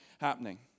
happening